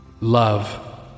Love